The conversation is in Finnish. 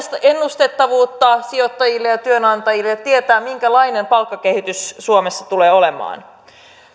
ennustettavuutta sijoittajille ja työnantajille että tietää minkälainen palkkakehitys suomessa tulee olemaan